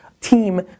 Team